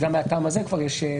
גם מהטעם הזה יש כבר פגיעה.